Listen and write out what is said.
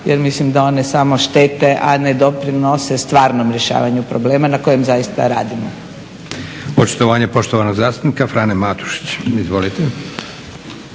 jer mislim da one samo štete a ne doprinose stvarnom rješavanju problema na kojem zaista radimo.